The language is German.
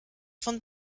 von